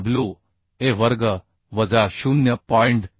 5w a वर्ग वजा 0